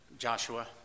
Joshua